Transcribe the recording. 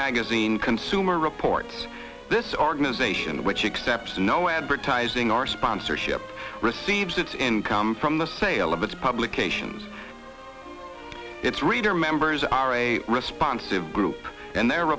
magazine consumer reports the this organization which accept no advertising or sponsorship receives its income from the sale of its publications its reader members are a responsive group and their